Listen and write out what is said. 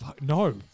No